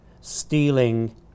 stealing